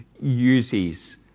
uses